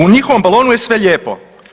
U njihovom balonu je sve lijepo.